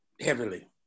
heavily